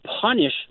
punish